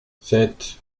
sept